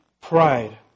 pride